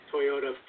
Toyota